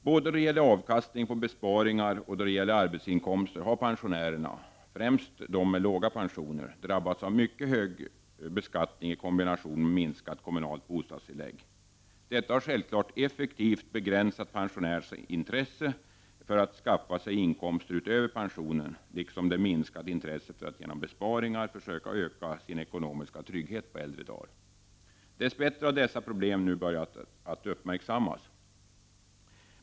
Både då det gäller avkastning på besparingar och då det gäller arbetsinkomster har pensionärerna — främst de med låga pensioner — drabbats av mycket hög beskattning i kombination med minskat kommunalt bostadstilllägg. Detta har självfallet effektivt begränsat pensionärernas intresse för att skaffa sig inkomster utöver pensionen, liksom det minskat intresset för att genom besparingar försöka öka sin ekonomiska trygghet på äldre dagar. Dess bättre har dessa problem nu börjat uppmärksammas.